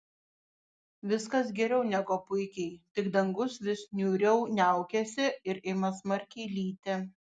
viskas geriau negu puikiai tik dangus vis niūriau niaukiasi ir ima smarkiai lyti